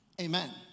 Amen